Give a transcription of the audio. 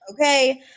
Okay